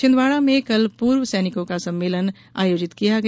छिन्दवाड़ा में कल पूर्व सैनिकों का सम्मेलन आयोजित किया गया